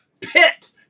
pit